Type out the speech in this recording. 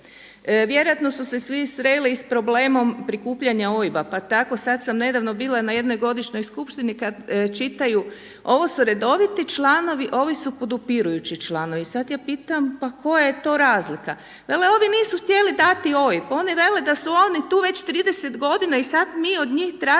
Vjerojatno su se svi sreli i s problemom prikupljanja OIB-a. Pa tako sada sam nedavno bila na jednoj godišnjoj skupštini kada čitaju, ovo su redoviti članovi, ovi su podupirujući članovi. Sada ja pitam pa koja je to razlika. Vele ovi nisu htjeli dati OIB, oni vele da su oni tu već 30 godina i sada mi od njih tražimo